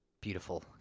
beautiful